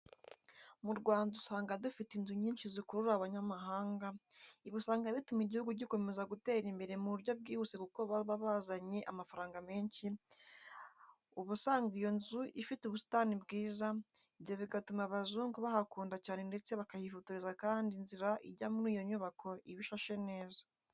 Mu Rwanda usanga dufite inzu nyinshi zikurura abanyamahanga, ibi usanga bituma igihugu gikomeza gutera imbere mu buryo bwihuse kuko baza bazanye amafaranga menshi, uba usanga iyo nzu ifite ubusitani byiza, ibyo bigatuma abazungu bahakunda cyane ndetse bakahifotoreza kandi inzira ijya muri iyo nyubako iba ishashe neza.